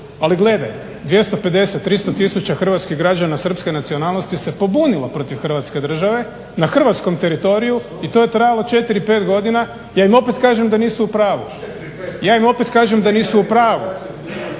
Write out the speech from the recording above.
ali gledaj 250, 300 tisuća hrvatskih građana srpske nacionalnosti se pobunilo protiv Hrvatske države na hrvatskom teritoriju i to je trajalo 4, 5 godina. Ja im opet kažem da nisu u pravu. Ja im opet kažem da griješe jer